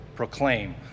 Proclaim